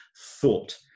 Thought